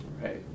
Right